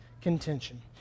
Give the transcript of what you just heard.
contention